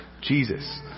Jesus